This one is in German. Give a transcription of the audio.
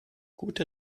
gute